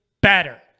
better